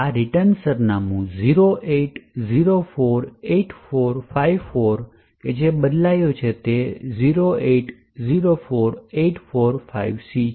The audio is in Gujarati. રિટર્ન સરનામું 08048454 જે બદલાયો છે તે 0804845C છે